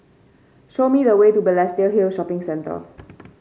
show me the way to Balestier Hill Shopping Centre